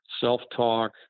self-talk